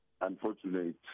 unfortunate